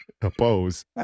Oppose